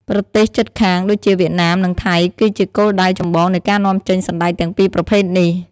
ប្រទេសជិតខាងដូចជាវៀតណាម និងថៃ គឺជាគោលដៅចម្បងនៃការនាំចេញសណ្តែកទាំងពីរប្រភេទនេះ។